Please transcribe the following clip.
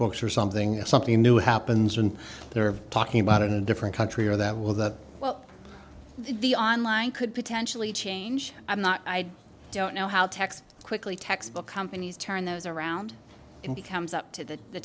books are something something new happens and they're talking about it in a different country or that well that well the online could potentially change i'm not i don't know how texts quickly textbook companies turn those around and becomes up to the the